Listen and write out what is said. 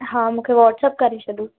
हा मूंखे वॉट्सअप करे छॾो